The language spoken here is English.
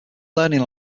learning